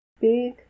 big